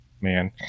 man –